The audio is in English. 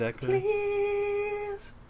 please